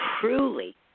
truly